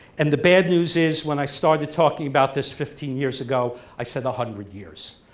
and the bad news is when i started talking about this fifteen years ago i said a hundred years,